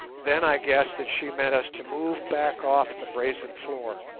then i guessed that she meant us to move back off the brazen floor.